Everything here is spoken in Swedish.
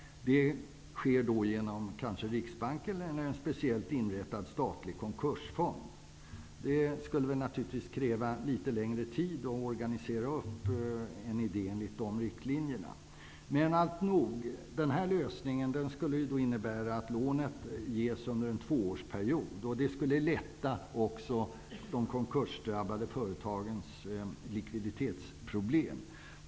Det kan ske genom Riksbanken eller genom en speciellt inrättad statlig konkursfond. Det skulle naturligtvis kräva litet längre tid att organisera. Den lösningen skulle innebära att lånet ges under en tvåårsperiod. Det skulle lätta också de konkursdrabbade företagens likviditetsproblem.